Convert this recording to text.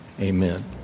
Amen